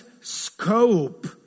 scope